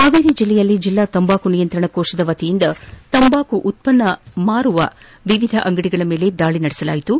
ಹಾವೇರಿ ಜಿಲ್ಲೆಯಲ್ಲಿ ಜಿಲ್ಲಾ ತಂಬಾಕು ನಿಯಂತ್ರಣ ಕೋಶದ ವತಿಯಿಂದ ತಂಬಾಕು ಉತ್ತನ್ನಗಳನ್ನು ಮಾರುವ ವಿವಿಧ ಅಂಗಡಿಗಳ ಮೇಲೆ ದಾಳಿ ನಡೆಸಲಾಯಿತು